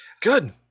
Good